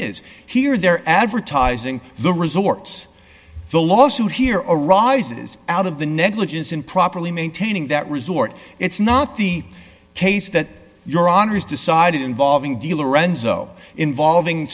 is here they're advertising the resorts the lawsuit here or arises out of the negligence in properly maintaining that resort it's not the case that your honor is decided involving dealer renzo involving